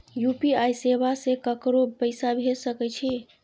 UPI सेवा से ककरो पैसा भेज सके छी?